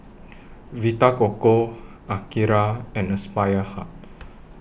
Vita Coco Akira and Aspire Hub